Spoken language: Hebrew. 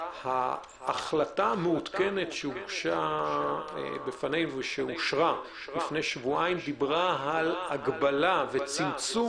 ההחלטה המעודכנת שהוגשה בפנינו ושאושרה לפני שבועיים דיברה על הגבלה וצמצום